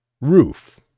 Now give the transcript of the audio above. Roof